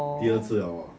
第二次 liao hor